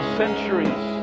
centuries